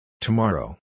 Tomorrow